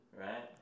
Right